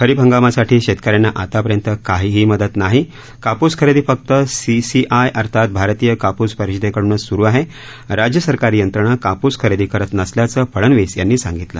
खरीप हंगामासाठी शेतकऱ्यांना आतापर्यंत काहीही मदत नाही कापूस खरेदी फक्त सीसीआय अर्थात भारतीय कापूस परिषदेकडूनच सुरू आहे राज्य सरकारी यंत्रणा कापूस खरेदी करत नसल्याचं फडनवीस यांनी सांगितलं